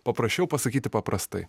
paprasčiau pasakyti paprastai